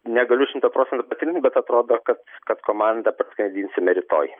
negaliu šimtu procentų patvirtint bet atrodo kad kad komandą parskraidinsime rytoj